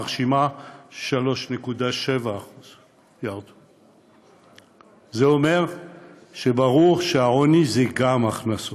מרשימה: 3.7%. זה אומר שברור שהעוני זה גם הכנסות,